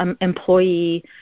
employee